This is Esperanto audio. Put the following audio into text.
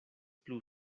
plu